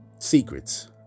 Secrets